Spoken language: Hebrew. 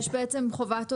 יש בעצם חובת הודעה,